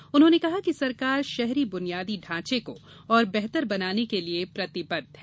श्री मोदी ने कहा कि सरकार शहरी बुनियादी ढांचे को और बेहतर बनाने के लिए प्रतिबद्ध है